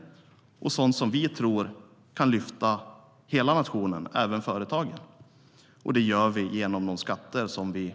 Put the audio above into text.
Det är sådant vi tror kan lyfta hela nationen, även företagen. Det gör vi genom de skatter vi tar in.